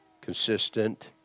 consistent